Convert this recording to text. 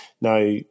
Now